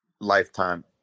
lifetime